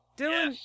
dylan